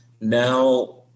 Now